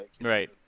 Right